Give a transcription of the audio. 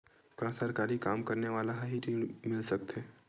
का सरकारी काम करने वाले ल हि ऋण मिल सकथे?